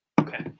Okay